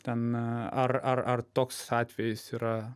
ten ar ar ar toks atvejis yra